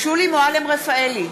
שולי מועלם-רפאלי,